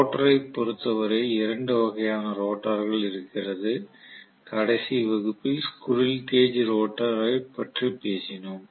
ரோட்டரைப் பொருத்தவரை இரண்டு வகையான ரோட்டார்கள் இருக்கிறது கடைசி வகுப்பில் ஸ்குரில் கேஜ் ரோட்டரைப் பற்றி பேசினோம்